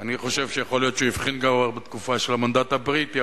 אני חושב שיכול להיות שהוא הבחין בה גם בתקופה של המנדט הבריטי,